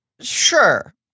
Sure